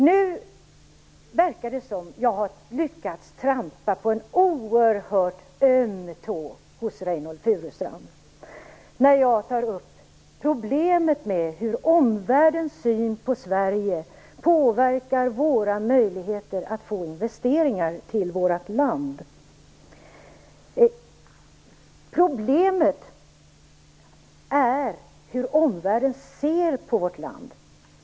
Nu verkar det som om jag har lyckats trampa på en oerhört öm tå hos Reynoldh Furustrand, när jag tar upp problemet med hur omvärldens syn på Sverige påverkar våra möjligheter att få investeringar till vårt land. Problemet är hur omvärlden ser på vårt land.